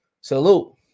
Salute